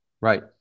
Right